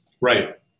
right